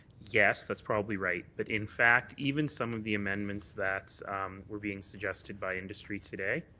yes, that's probably right. but in fact even some of the amendments that were being suggested by industry today,